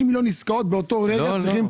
30 מיליון עסקאות באותו רגע.